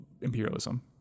imperialism